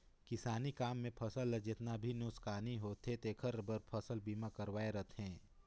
किसानी काम मे फसल ल जेतना भी नुकसानी होथे तेखर बर फसल बीमा करवाये रथें